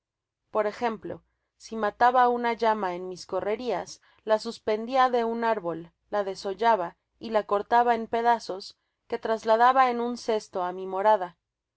por ejemplo si mataba alguna llama en mis correrias la suspendia de un árbol la desollaba y la cortaba en pedazos que trasladaba en un cesto á mi morada lo mismo hacia